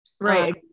Right